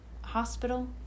hospital